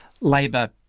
Labour